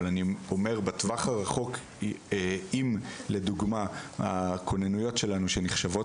אבל אני אומר בטווח הרחוק אם לדוגמא הכוננויות שלנו שנחשבות